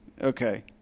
Okay